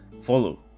follow